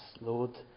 Lord